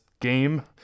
game